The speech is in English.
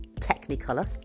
Technicolor